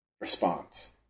response